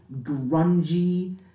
grungy